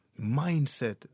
Mindset